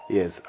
Yes